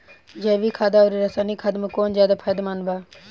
जैविक खाद आउर रसायनिक खाद मे कौन ज्यादा फायदेमंद बा?